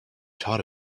taught